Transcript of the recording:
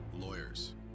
lawyers